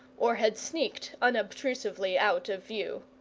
or had sneaked unobtrusively out of view.